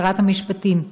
שרת המשפטים,